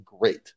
great